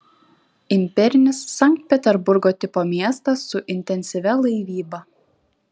imperinis sankt peterburgo tipo miestas su intensyvia laivyba